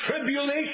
tribulation